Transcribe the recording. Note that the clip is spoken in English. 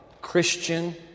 Christian